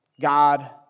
God